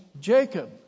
Jacob